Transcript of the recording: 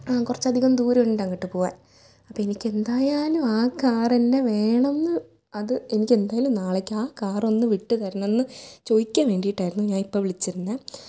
കുറച്ചധികം ദൂരമുണ്ട് അങ്ങോട്ട് പോകാൻ അപ്പം എനിക്ക് എന്തായാലും ആ കാർ തന്നെ വേണമെന്ന് അത് എനിക്ക് എന്തായാലും നാളേക്ക് ആ കാർ ഒന്ന് വിട്ടുതരണമെന്ന് ചോദിക്കാൻ വേണ്ടിയിട്ടായിരുന്നു ഞാനിപ്പം വിളിച്ചിരുന്നത്